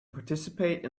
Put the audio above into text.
participate